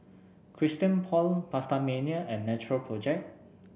Christian Paul PastaMania and Natural Project